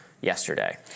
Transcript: yesterday